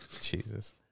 Jesus